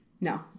No